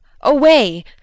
Away